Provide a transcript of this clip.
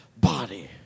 body